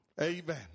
Amen